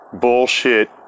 bullshit